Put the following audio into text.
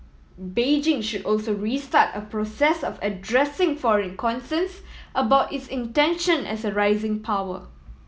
Beijing should also restart a process of addressing foreign concerns about its intention as a rising power